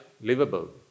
livable